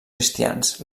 cristians